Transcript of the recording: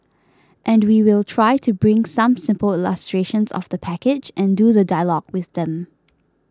and we will try to bring some simple illustrations of the package and do the dialogue with them